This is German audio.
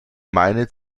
meine